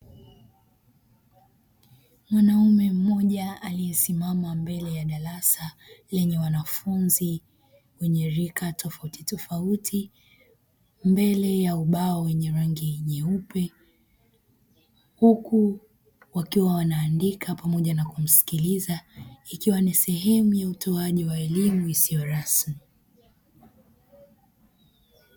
Mwanaume mmoja aliyesimama mbele ya darasa lenye wanafunzi wenye rika tofautitofauti mbele ya ubao wenye rangi nyeupe huku wakiwa wanaandika pamoja na kumsikiliza, ikiwa ni sehemu ya utoaji wa elimu isiyo rasmi.